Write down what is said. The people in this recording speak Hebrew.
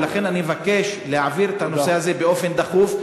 ולכן אני מבקש להעביר את הנושא הזה באופן דחוף,